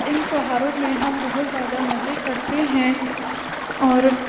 इन त्योहारों में हम बहुत ज़्यादा मजे करते हैं और